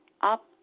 up